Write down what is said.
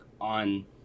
on